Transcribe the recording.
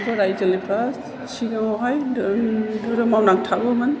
बोराय जोलैफ्रा सिगांयावहाय धोरोमाव नांथाबोमोन